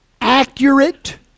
accurate